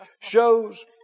shows